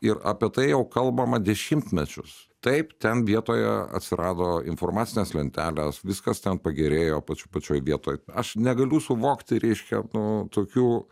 ir apie tai jau kalbama dešimtmečius taip ten vietoje atsirado informacinės lentelės viskas ten pagerėjo pačiu pačioj vietoj aš negaliu suvokti reiškia nu tokių